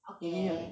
okay